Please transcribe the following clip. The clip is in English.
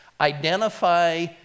identify